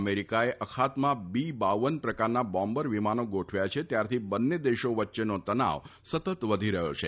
અમેરિકાએ અખાતમાં બી પર પ્રકારના બોમ્બર વિમાનો ગોઠવ્યા છે ત્યારથી બંને દેશો વચ્ચેનો તનાવ સતત વધી રહ્યો છે